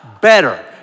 better